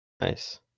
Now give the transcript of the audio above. Nice